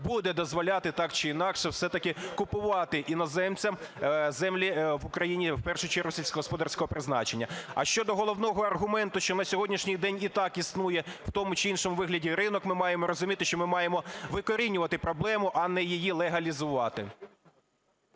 буде дозволяти так чи інакше все-таки купувати іноземцям землі в Україні в першу чергу сільськогосподарського призначення. А щодо головного аргументу, що на сьогоднішній день і так існує в тому чи іншому вигляді ринок, ми маємо розуміти, що ми маємо викорінювати проблему, а не її легалізувати.